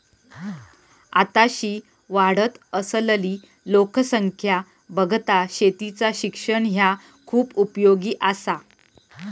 आताशी वाढत असलली लोकसंख्या बघता शेतीचा शिक्षण ह्या खूप उपयोगी आसा